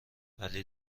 ولی